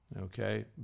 Okay